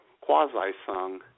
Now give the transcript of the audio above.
quasi-sung